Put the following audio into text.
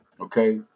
okay